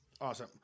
Awesome